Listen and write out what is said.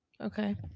Okay